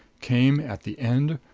came, at the end,